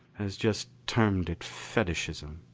has just termed it fetishism.